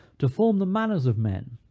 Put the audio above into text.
to form the manners of men,